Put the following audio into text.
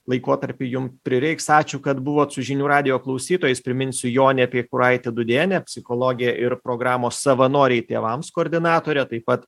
laikotarpiui jum prireiks ačiū kad buvot su žinių radijo klausytojais priminsiu jonė piekuraitė dudėnė psichologė ir programos savanoriai tėvams koordinatorė taip pat